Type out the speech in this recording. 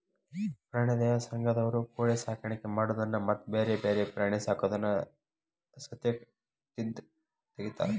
ಪ್ರಾಣಿ ದಯಾ ಸಂಘದಂತವರು ಕೋಳಿ ಸಾಕಾಣಿಕೆ ಮಾಡೋದನ್ನ ಮತ್ತ್ ಬ್ಯಾರೆ ಬ್ಯಾರೆ ಪ್ರಾಣಿ ಸಾಕೋದನ್ನ ಸತೇಕ ತಿಡ್ಡ ತಗಿತಾರ